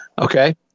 Okay